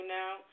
now